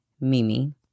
Mimi